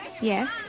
Yes